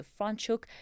Franchuk